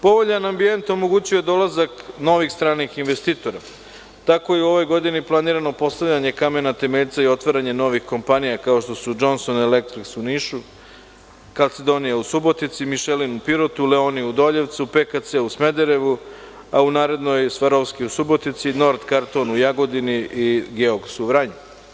Povoljan ambijent omogućuje dolazak novih stranih investitora, tako je u ovoj godini planirano postavljanje kamena temeljca i otvaranje novih kompanija, kao što su „Johnson Electric“ u Nišu, „Calcedonia“ u Subotici, „Michelin“ u Pirotu, „Leoni“ u Doljovcu, PKC u Smederevu, a u narednoj „Swarovski“ u Subotici, „North Karton“ u Jagodini i „Geoks“ u Vranju.